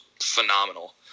phenomenal